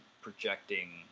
projecting